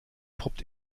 poppt